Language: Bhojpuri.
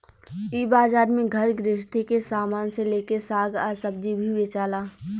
इ बाजार में घर गृहस्थी के सामान से लेके साग आ सब्जी भी बेचाला